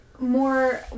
more